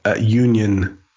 Union